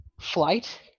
flight